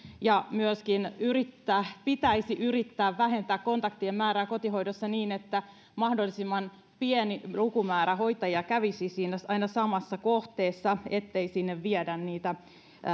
myöskin pitäisi yrittää vähentää kontaktien määrää kotihoidossa niin että mahdollisimman pieni lukumäärä hoitajia kävisi aina siinä samassa kohteessa etteivät sinne vie niitä